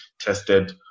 tested